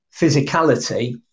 physicality